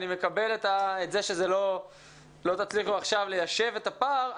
אני מקבל את זה שלא תצליחו עכשיו ליישב את הפער.